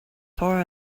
far